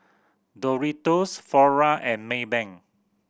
Doritos Flora and Maybank